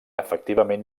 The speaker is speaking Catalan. efectivament